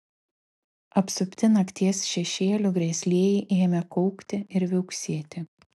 apsupti nakties šešėlių grėslieji ėmė kaukti ir viauksėti